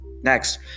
Next